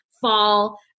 fall